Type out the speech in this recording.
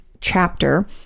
chapter